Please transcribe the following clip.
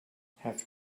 have